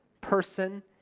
person